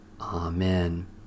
Amen